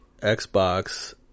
Xbox